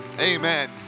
Amen